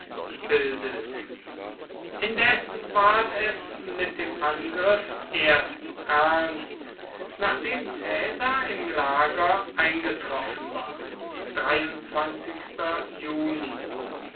bildet indes ward es mit dem angriff erst ernst nachdem caesar im lager eingetroffen war